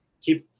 keep